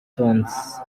tonzi